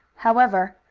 however,